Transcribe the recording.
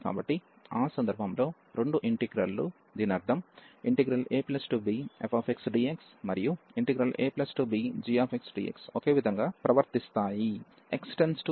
కాబట్టి ఆ సందర్భంలో రెండు ఇంటిగ్రల్ లు దీని అర్థం abfxdx మరియు abgxdxఒకే విధంగా ప్రవర్తిస్థాయి